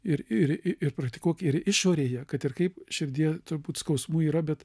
ir ir ir praktikuok ir išorėje kad ir kaip širdyje turbūt skausmų yra bet